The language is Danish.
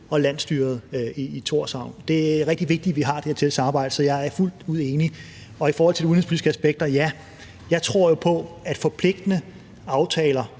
og landsstyret i Tórshavn. Det er rigtig vigtigt, at vi har det her tætte samarbejde, så jeg er fuldt ud enig. I forhold til de udenrigspolitiske aspekter: Ja, jeg tror jo på, at forpligtende aftaler,